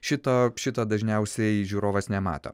šito šito dažniausiai žiūrovas nemato